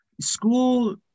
school